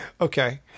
Okay